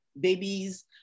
babies